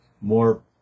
more